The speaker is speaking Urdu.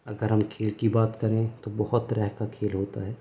اگر ہم کھیل کی بات کریں تو بہت طرح کا کھیل ہوتا ہے